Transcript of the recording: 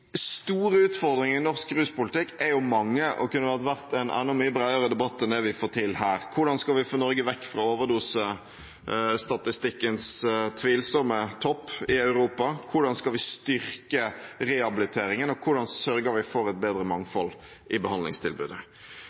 store utfordringene i norsk ruspolitikk er jo mange, og kunne ha vært verd en mye bredere debatt enn det vi får til her: Hvordan skal vi få Norge vekk fra overdosestatistikkens tvilsomme topp i Europa? Hvordan skal vi styrke rehabiliteringen? Og hvordan sørger vi for et bedre mangfold i behandlingstilbudet?